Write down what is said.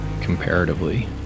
comparatively